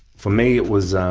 for me it was